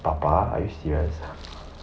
爸爸 are you serious